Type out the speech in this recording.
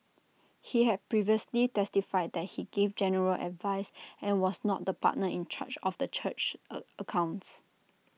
he had previously testified that he gave general advice and was not the partner in charge of the church's accounts